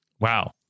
Wow